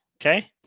Okay